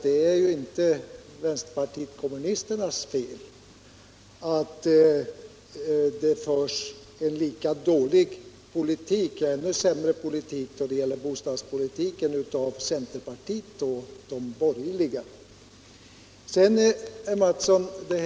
Det är ju inte vänsterpartiet kommunisternas fel att centerpartiet och de övriga borgerliga för en bostadspolitik som är lika dålig eller ännu sämre än den tidigare regeringens.